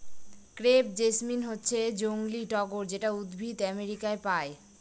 crepe jasmine হচ্ছে জংলী টগর যেটা উদ্ভিদ আমেরিকায় পায়